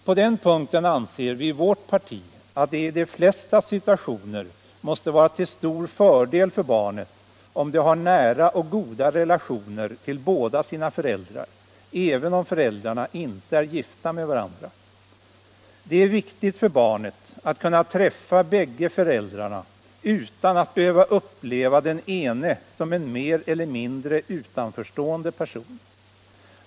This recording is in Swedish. På den punkten anser vi i vårt parti att det i de flesta situationer måste vara till stor fördel för barnet, om det har nära och goda relationer till båda sina föräldrar, även om föräldrarna inte är gifta med varandra. Det är viktigt för barnet att kunna träffa bägge föräldrarna utan att behöva uppleva den ene som en mer eller mindre utanförstående person.